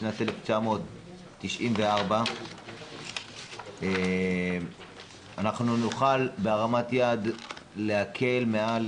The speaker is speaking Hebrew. למעשה משנת 1994. אנחנו נוכל בהרמת יד להקל למעל